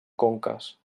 conques